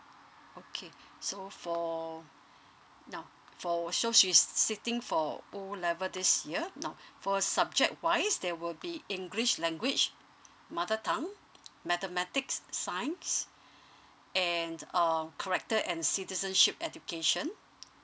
okay so for now for so she's sitting for O level this year now for subject wise there will be english language mother tongue mathematics science and um character and citizenship education